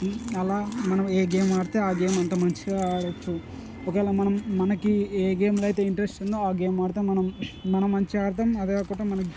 అలా మనం ఏ గేమ్ ఆడితే ఆ గేమ్ అంతా మంచిగా ఆడొచ్చు ఒకవేళ మనం మనకి ఏ గేమ్ అయితే ఇంట్రెస్ట్ ఉందో ఆ గేమ్ ఆడుతాం మనం మనం మంచిగా ఆడుతాం అదే కాకుండా మనం